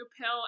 pill